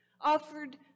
Offered